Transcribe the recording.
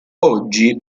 oggi